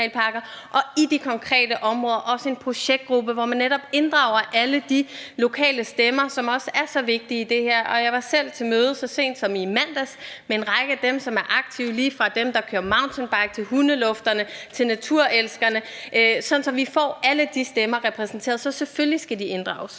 i de konkrete områder også er en projektgruppe, hvor man netop inddrager alle de lokale stemmer, som også er så vigtige i det her. Jeg var selv til møde så sent som i mandags med en række af dem, som er aktive – lige fra dem, der kører mountainbike, til hundelufterne og til naturelskerne – sådan at vi får alle de stemmer repræsenteret. Så selvfølgelig skal de inddrages.